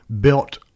built